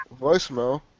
voicemail